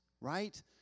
right